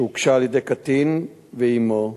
שהוגשה על-ידי קטין ואמו,